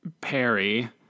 Perry